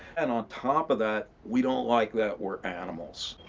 and on top of that, we don't like that we're animals.